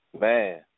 Man